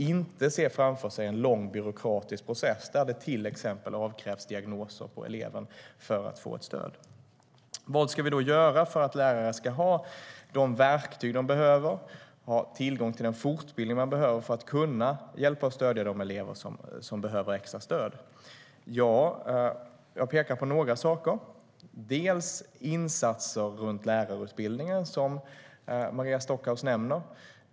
Det ska inte vara en lång byråkratisk process där det till exempel avkrävs diagnoser på eleven för att stöd ska ges. Vad ska vi göra för att lärare ska ha de verktyg de behöver och tillgång till den fortbildning de behöver för att kunna hjälpa och stödja de elever som behöver extra stöd? Jag pekar på några saker. Det är fråga om insatser i lärarutbildningen, som Maria Stockhaus nämner.